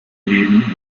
leben